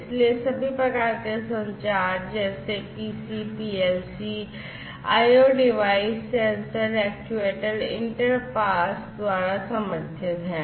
इसलिए सभी प्रकार के संचार जैसे PCs PLCs IO device sensor actuator interface द्वारा समर्थित हैं